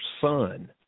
son